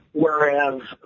Whereas